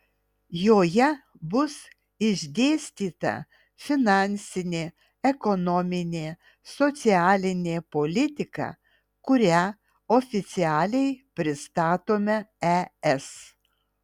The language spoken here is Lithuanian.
joje bus išdėstyta finansinė ekonominė socialinė politika kurią oficialiai pristatome es